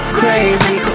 crazy